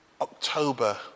October